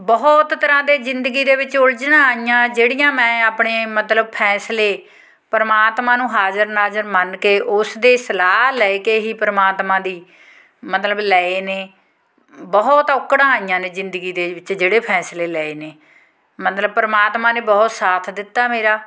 ਬਹੁਤ ਤਰ੍ਹਾਂ ਦੇ ਜ਼ਿੰਦਗੀ ਦੇ ਵਿੱਚ ਉਲਝਣਾਂ ਆਈਆਂ ਜਿਹੜੀਆਂ ਮੈਂ ਆਪਣੇ ਮਤਲਬ ਫੈਸਲੇ ਪਰਮਾਤਮਾ ਨੂੰ ਹਾਜ਼ਰ ਨਾਜ਼ਰ ਮੰਨ ਕੇ ਉਸ ਦੀ ਸਲਾਹ ਲੈ ਕੇ ਹੀ ਪਰਮਾਤਮਾ ਦੀ ਮਤਲਬ ਲਏ ਨੇ ਬਹੁਤ ਔਕੜਾਂ ਆਈਆਂ ਨੇ ਜ਼ਿੰਦਗੀ ਦੇ ਵਿੱਚ ਜਿਹੜੇ ਫੈਸਲੇ ਲਏ ਨੇ ਮਤਲਬ ਪਰਮਾਤਮਾ ਨੇ ਬਹੁਤ ਸਾਥ ਦਿੱਤਾ ਮੇਰਾ